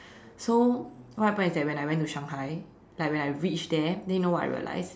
so what happened is that when I went to Shanghai like when I reached there then you know what I realized